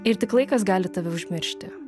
ir tik laikas gali tave užmiršti